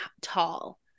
tall